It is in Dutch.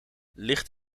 licht